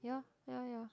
yeah yeah yeah